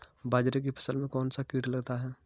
बाजरे की फसल में कौन सा कीट लगता है?